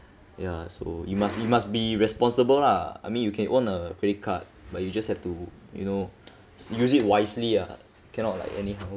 ya so you must you must be responsible lah I mean you can own a credit card but you just have to you know use it wisely ah cannot like anyhow